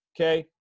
okay